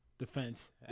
Defense